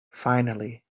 finally